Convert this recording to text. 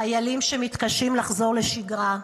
חיילים שמתקשים לחזור לשגרה,